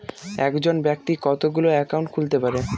একজন ব্যাক্তি কতগুলো অ্যাকাউন্ট খুলতে পারে?